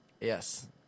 Yes